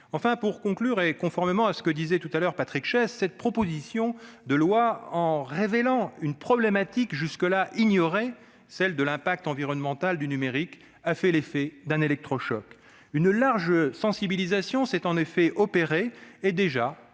Enfin, pour conclure, et conformément à ce que disait précédemment Patrick Chaize, cette proposition de loi, en révélant une problématique jusqu'à présent ignorée, celle de l'impact environnemental du numérique, a fait l'effet d'un électrochoc. Une large sensibilisation s'est en effet opérée et, déjà,